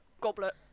goblet